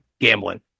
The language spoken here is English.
gambling